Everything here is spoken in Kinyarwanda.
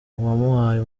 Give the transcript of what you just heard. wamuhaye